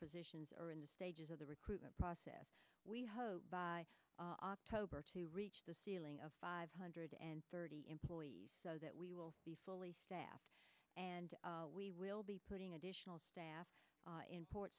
physicians are in the stages of the recruitment process we hope by october to reach the ceiling of five hundred and thirty employees so that we will be fully staffed and we will be putting additional staff in port